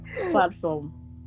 platform